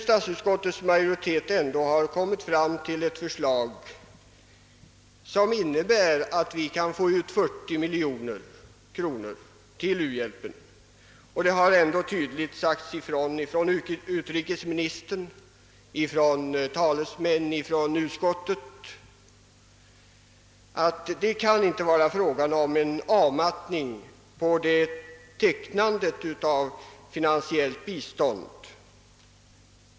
Statsutskottets majoritet har nu lagt fram ett förslag som innebär att vi kan få 40 miljoner kronor till u-hjälpen, och utrikesministern och utskottets talesmän har klargjort att det inte kan bli fråga om någon avmattning i det finansiella biståndet.